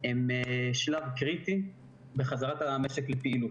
גם במל"ל וגם במשרד הבריאות,